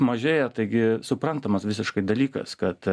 mažėja taigi suprantamas visiškai dalykas kad